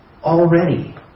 already